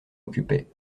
occupait